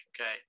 okay